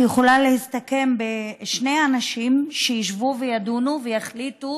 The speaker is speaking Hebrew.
שיכולה להסתכם בשני אנשים שישבו וידונו ויחליטו